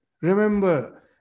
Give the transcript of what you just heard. remember